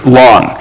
long